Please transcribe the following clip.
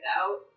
out